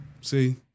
See